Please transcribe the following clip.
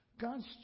God's